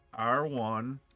R1